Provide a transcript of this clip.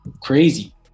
crazy